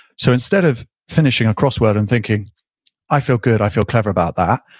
so instead of finishing a crossword and thinking i feel good, i feel clever about that,